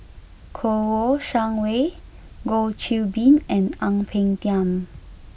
Kouo Shang Wei Goh Qiu Bin and Ang Peng Tiam